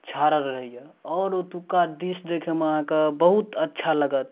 छाड़ल रहैए आओर ओतुका दृश्य देखैमे अहाँके बहुत अच्छा लागत